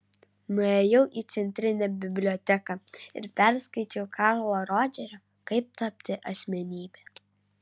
nuėjau į centrinę biblioteką ir perskaičiau karlo rodžerio kaip tapti asmenybe